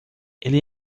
ele